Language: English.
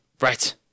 right